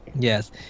yes